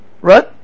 Right